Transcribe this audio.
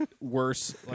worse